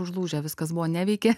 užlūžę viskas buvo neveikė